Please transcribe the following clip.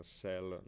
sell